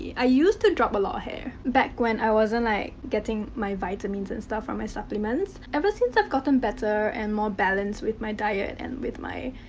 i used to drop a lot of hair. back when i wasn't like getting my vitamins and stuff from my supplements. ever since i've gotten better and more balanced with my diet and with my.